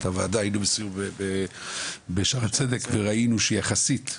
הוועדה והיינו בסיור בשערי צדק וראינו שיחסית,